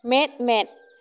ᱢᱮᱫ ᱢᱮᱫ